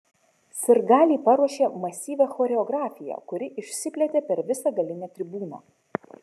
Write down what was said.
sirgaliai paruošė masyvią choreografiją kuri išsiplėtė per visą galinę tribūną